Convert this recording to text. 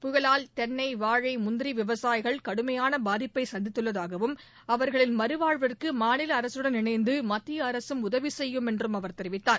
புயலால் தென்னை வாழை முந்திரி விவசாயிகள் கடுமையான பாதிப்பை சந்தித்துள்ளதாகவும் அவர்களின் மறுவாழ்வுக்கு மாநில அரசுடன் இணைந்து மத்திய அரசும் உதவி செய்யும் என்றும் அவர் தெரிவித்தார்